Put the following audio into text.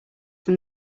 from